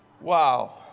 Wow